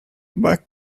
back